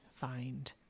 find